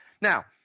Now